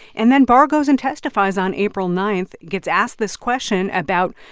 and then barr goes and testifies on april nine, gets asked this question about,